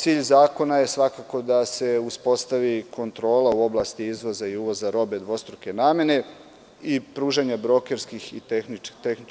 Cilj zakona je svakako da se uspostavi kontrola u oblasti izvoza i uvoza robe dvostruke namene i pružanja brokerskih